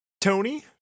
Tony